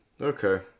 Okay